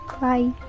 Bye